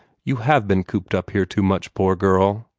you have been cooped up here too much, poor girl.